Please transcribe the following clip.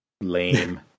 lame